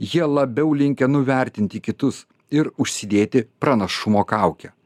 jie labiau linkę nuvertinti kitus ir užsidėti pranašumo kaukę